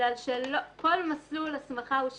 בגלל שכל מסלול הסמכה הוא שונה: